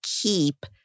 keep